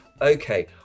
okay